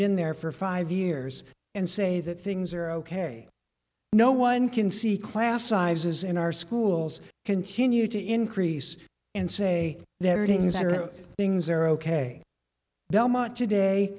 been there for five years and say that things are ok no one can see class sizes in our schools continue to increase and say there things are things are ok belmont today